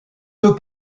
deux